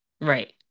Right